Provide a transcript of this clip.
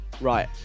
Right